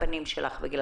אנחנו,